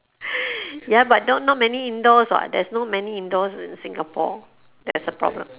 ya but not not many indoors [what] there's no many indoors in singapore that's the problem